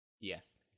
Yes